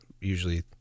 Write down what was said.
usually